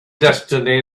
destiny